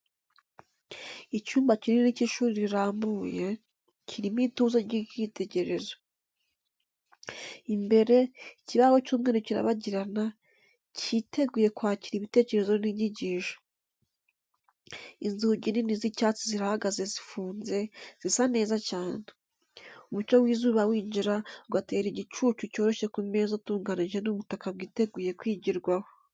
Icyumba kinini cy’ishuri kirambuye, kirimo ituze ry’ikitegerezo. Imbere, ikibaho cy’umweru kirabagirana, cyiteguye kwakira ibitekerezo n’inyigisho. Inzugi nini z’icyatsi zirahagaze zifunze, zisa neza cyane. Umucyo w’izuba winjira, ugatera igicucu cyoroshye ku meza atunganije n’ubutaka bwiteguye kwigirwaho.